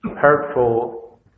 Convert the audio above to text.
hurtful